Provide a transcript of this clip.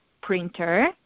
printer